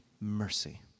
mercy